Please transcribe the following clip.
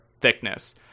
thickness